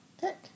pick